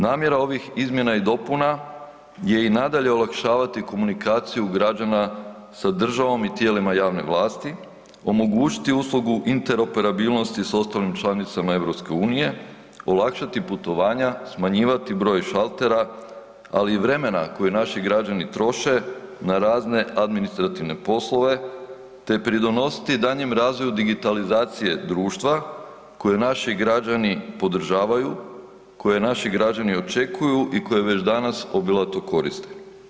Namjera ovih izmjena i dopuna je i nadalje olakšavati komunikaciju građana sa državom i tijelima javne vlasti, omogućiti uslugu interoperabilnosti sa ostalim članicama EU, olakšati putovanja, smanjivati broj šaltera, ali i vremena kojeg naši građani troše na razne administrativne poslove te pridonositi daljnjem razvoju digitalizacije društva koje naši građani podržavaju, koje naši građani očekuju i koje već danas obilato koriste.